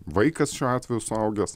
vaikas šiuo atveju suaugęs